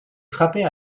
frapper